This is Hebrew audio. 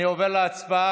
אני עובר להצבעה.